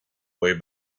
way